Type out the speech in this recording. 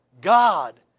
God